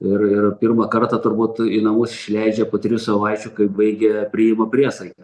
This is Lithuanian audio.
ir ir pirmą kartą turbūt į namus išleidžia po trijų savaičių kai baigia priima priesaiką